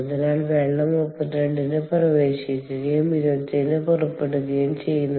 അതിനാൽ വെള്ളം 32 ന് പ്രവേശിക്കുകയും 27 ന് പുറപ്പെടുകയും ചെയ്യുന്നു